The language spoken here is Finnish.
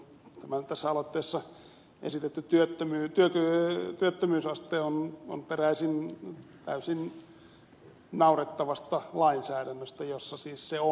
filatov sanoi tässä aloitteessa esitetty työkyvyttömyysaste on peräisin täysin naurettavasta lainsäädännöstä jossa siis se on